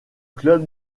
club